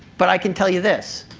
but i can tell you this.